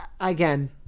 again